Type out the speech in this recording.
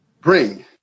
bring